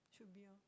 should be orh